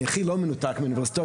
אני הכי לא מנותק מהאוניברסיטה,